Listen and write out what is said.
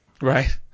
Right